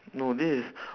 no this is